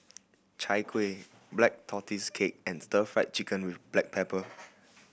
Chai Kueh Black Tortoise Cake and Stir Fried Chicken with black pepper